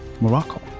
Morocco